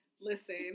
Listen